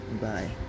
bye